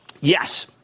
Yes